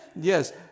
yes